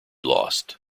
lost